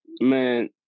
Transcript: man